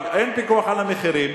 אבל אין פיקוח על המחירים.